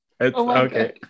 okay